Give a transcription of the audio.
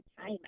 time